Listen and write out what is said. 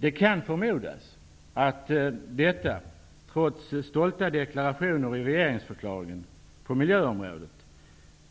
Det kan förmodas att detta -- trots stolta deklarationer i regeringsförklaringen på miljöområdet